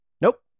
Nope